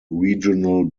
regional